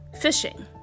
Fishing